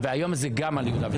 והיום זה גם על יהודה ושומרון.